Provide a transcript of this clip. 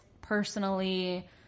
personally